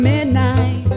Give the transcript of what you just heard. Midnight